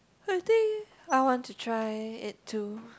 I think I want to try it too